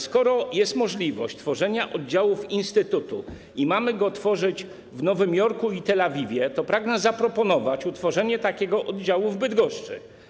Skoro jest możliwość tworzenia oddziałów instytutu i mamy tworzyć je w Nowym Jorku i w Tel Awiwie, to pragnę zaproponować utworzenie takiego oddziału w Bydgoszczy.